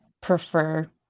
prefer